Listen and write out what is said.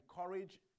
encourage